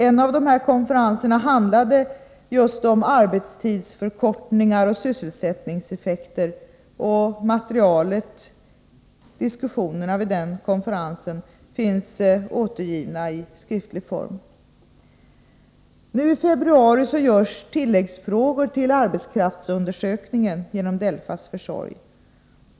En av dessa konferenser handlade just om arbetstidsförkortningar och sysselsättningseffekter, och diskussionerna vid den konferensen finns återgivna i skriftlig form. Nu i februari görs tilläggsfrågor till arbetskraftsundersökningen genom DELFA:s försorg.